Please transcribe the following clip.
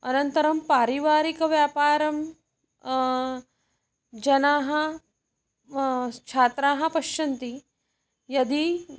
अनन्तरं पारिवारिकव्यापारं जनाः छात्राः पश्यन्ति यदि